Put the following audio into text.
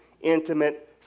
intimate